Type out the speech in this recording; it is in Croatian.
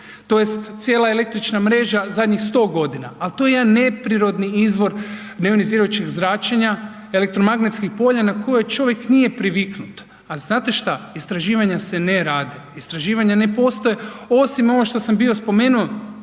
tj. cijela električna mrežna zadnjih 100 godina, ali to je jedan neprirodni izvor neionizirajućeg zračenja elektromagnetskih polja na koje čovjek nije priviknut. A znate šta, istraživanje se ne rade, istraživanje ne postoje osim ono što sam bio spomenuo